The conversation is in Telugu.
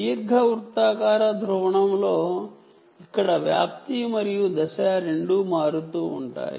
ఎలిప్టిక్ పోలరైజెషన్ లో ఇక్కడ ఆంప్లిట్యూడ్ మరియు ఫేజ్ రెండూ మారుతూ ఉంటాయి